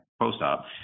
post-op